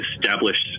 established